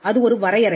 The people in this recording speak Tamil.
அது ஒரு வரையறை